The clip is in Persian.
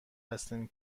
هستیم